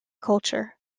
culture